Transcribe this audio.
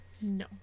No